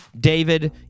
David